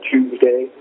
Tuesday